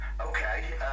Okay